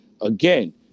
Again